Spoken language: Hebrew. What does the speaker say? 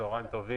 צוהריים טובים.